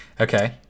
Okay